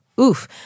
oof